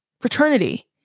Fraternity